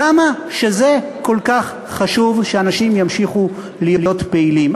כמה שזה כל כך חשוב שאנשים ימשיכו להיות פעילים.